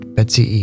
Betsy